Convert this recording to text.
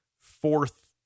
fourth